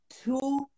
Two